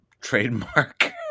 trademark